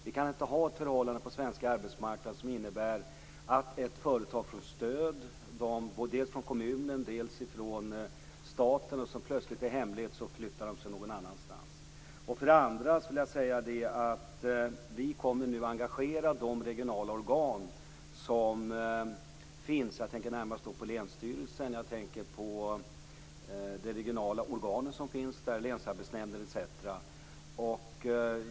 Vi kan på den svenska arbetsmarknaden inte ha ett förhållande som innebär att ett företag får stöd dels från kommunen, dels från staten och sedan i hemlighet beslutar att flytta någon annanstans. För det andra vill jag säga att vi nu kommer att engagera de regionala organ som finns. Jag tänker närmast på länsstyrelsen och på dess regionala organ, som länsarbetsnämnd etc.